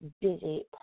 busy